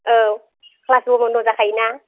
औ ख्लासबो बन्द' जाखायो ना